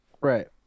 right